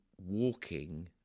walking